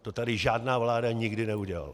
To tady žádná vláda nikdy neudělala.